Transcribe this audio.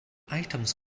items